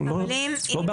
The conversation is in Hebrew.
יש